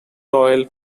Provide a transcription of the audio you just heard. doyle